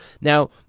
Now